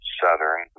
southern